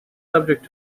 subject